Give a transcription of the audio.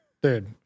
Dude